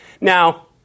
Now